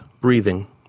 breathing